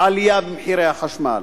עלייה במחירי החשמל.